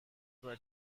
were